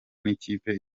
n’ikipe